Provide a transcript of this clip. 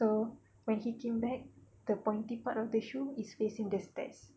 so when he came back the pointy part of the shoe is facing the stairs